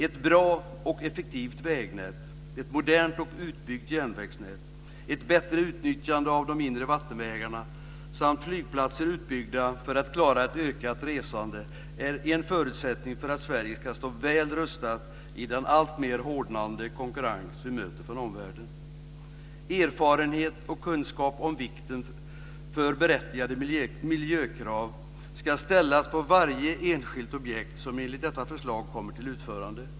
Ett bra och effektivt vägnät, ett modernt och utbyggt järnvägsnät, ett bättre utnyttjande av de inre vattenvägarna samt flygplatser utbyggda för att klara ett ökat resande är en förutsättning för att Sverige ska stå väl rustat i den alltmer hårdnande konkurrens som vi möter från omvärlden. Krav på erfarenhet av och kunskap om vikten av berättigade miljökrav ska ställas på varje enskilt objekt som enligt detta förslag kommer till utförande.